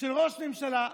של ראש ממשלה?